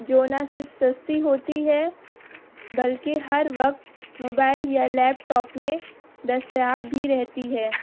جو نہ صرف سستی ہوتی ہے بلکہ ہر وقت موبائل یا لیپ ٹاپ میں دستیاب بھی رہتی ہے